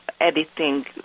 editing